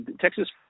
Texas –